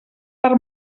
per